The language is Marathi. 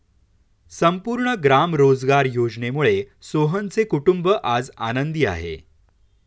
संपूर्ण ग्राम रोजगार योजनेमुळे सोहनचे कुटुंब आज आनंदी आहे